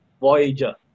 Voyager